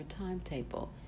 timetable